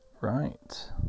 right